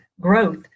growth